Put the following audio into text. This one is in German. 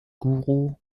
guru